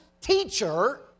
teacher